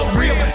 real